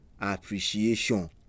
appreciation